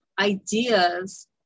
ideas